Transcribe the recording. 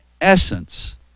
essence